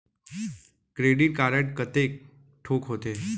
Credit card कतेक ठोक होथे?